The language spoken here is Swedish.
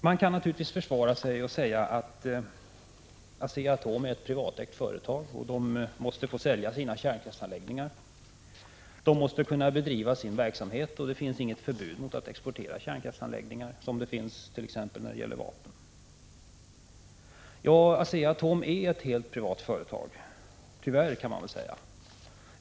Man kan naturligtvis försvara sig och säga att ASEA-ATOM är ett privatägt företag som måste få sälja sina kärnkraftsanläggningar och som måste kunna bedriva sin verksamhet — det finns inget förbud mot export när det gäller kärnkraftsanläggningar, som det finns t.ex. när det gäller vapen. Ja, ASEA-ATOM är ett helt privat företag — tyvärr, kan man väl säga.